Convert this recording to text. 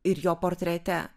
ir jo portrete